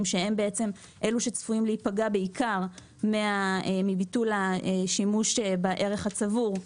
שהם אלה שצפויים להיפגע בעיקר מביטול השימוש בערך הצבור.